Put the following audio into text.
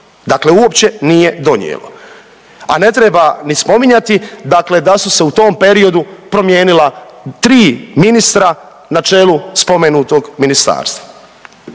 dakle uopće nije donijelo. A ne treba ni spominjati, dakle da su se u tom periodu promijenila tri ministra na čelu spomenutog ministarstva.